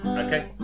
Okay